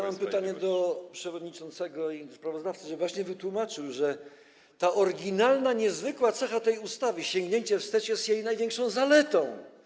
Mam pytanie do przewodniczącego, sprawozdawcy, żeby wytłumaczył, że ta oryginalna, niezwykła cecha tej ustawy, którą jest sięgnięcie wstecz, jest jej największą zaletą.